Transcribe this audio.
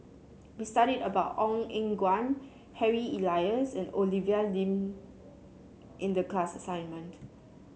we studied about Ong Eng Guan Harry Elias and Olivia Lum in the class assignment